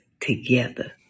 together